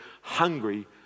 hungry